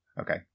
okay